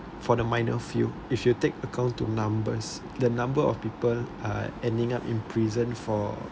for the minor few you should take account to numbers the number of people uh ended up in prison for